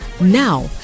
Now